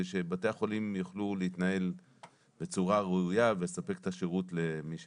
שבתי החולים יוכלו להתנהל בצורה ראויה ולספק את השירות למי שנדרש.